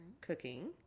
cooking